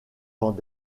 dans